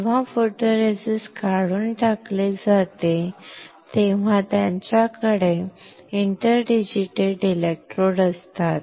जेव्हा फोटोरेसिस्ट काढून टाकले जाते तेव्हा तुमच्याकडे इंटरडिजिटेटेड इलेक्ट्रोड असतात